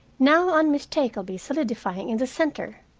now unmistakably solidifying in the center.